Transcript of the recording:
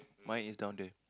mine is down there